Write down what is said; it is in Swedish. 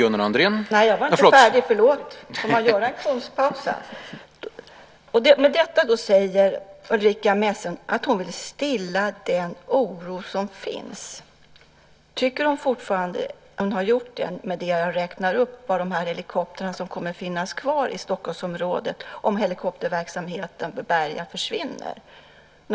Ulrica Messing säger att hon med detta vill stilla den oro som finns. Tycker hon fortfarande att hon har gjort det mot bakgrund av det som jag har räknat upp för de helikoptrar som kommer att finnas kvar i Stockholmsområdet om helikopterverksamheten vid Berga försvinner?